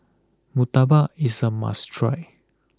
Murtabak is a must try